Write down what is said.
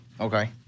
Okay